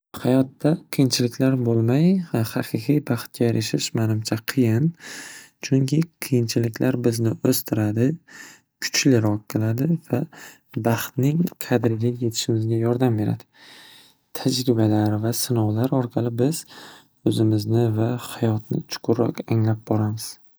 Hayotda qiyinchiliklar bo'lmay haqiqiy baxtga erishish manimcha qiyin. Chunki qiyinchiliklar bizni o'stiradi, kuchliroq qiladi va baxtning qadriga yetishimizga yordam beradi. Tajribalar va sinovlar orqali biz o'zimizni va hayotni chuqurroq anglab boramiz.